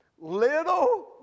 Little